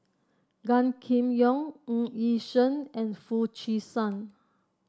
Gan Kim Yong Ng Yi Sheng and Foo Chee San